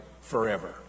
forever